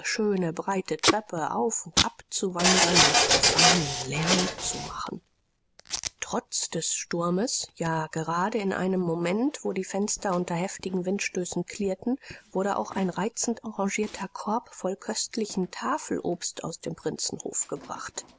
schöne breite treppe auf und ab zu wandern und profanen lärm zu machen trotz des sturmes ja gerade in einem moment wo die fenster unter heftigen windstößen klirrten wurde auch ein reizend arrangierter korb voll köstlichen tafelobstes aus dem prinzenhof gebracht